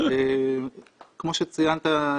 כמו שציינת,